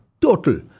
total